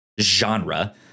genre